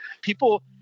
people